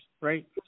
right